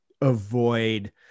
avoid